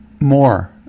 more